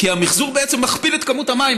כי המחזור בעצם מכפיל את כמות המים,